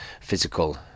physical